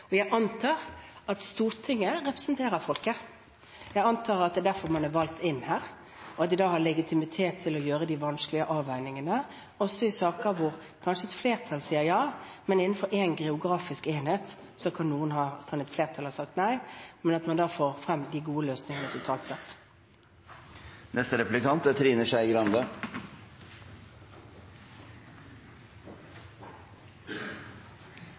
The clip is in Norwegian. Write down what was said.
Jeg antar at Stortinget representerer folket. Jeg antar at det er derfor man er valgt inn her, og at man da har legitimitet til å foreta de vanskelige avveiningene – også i saker hvor kanskje et flertall sier ja, men hvor et flertall innenfor én geografisk enhet kan ha sagt nei – men at man får frem de gode løsningene totalt